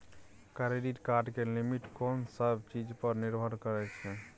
Credit card के limit कोन सब चीज पर निर्भर करै छै?